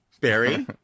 Barry